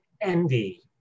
envy